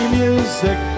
music